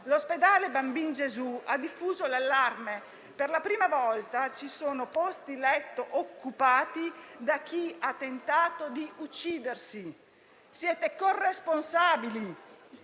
pediatrico «Bambino Gesù» ha diffuso l'allarme: per la prima volta ci sono posti letto occupati da chi ha tentato di uccidersi. Siete corresponsabili.